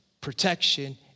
protection